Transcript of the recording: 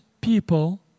people